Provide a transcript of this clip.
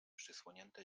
przysłonięte